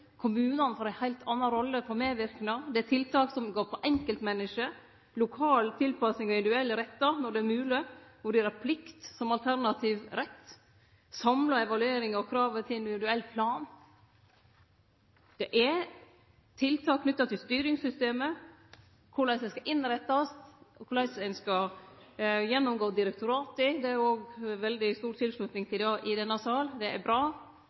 kommunane får ei heilt anna rolle når det gjeld medverknad. Det er tiltak som går på enkeltmenneske, lokal tilpassing av individuelle rettar når det er mogleg, å vurdere plikt som alternativ til ein rett, ei samla evaluering og krav til individuell plan. Det er tiltak knytte til styringssystemet, korleis det skal innrettast, og korleis ein skal gjennomgå direktorata – det er veldig stor tilslutning til det i denne sal, det er bra.